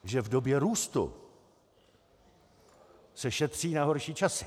Že v době růstu se šetří na horší časy.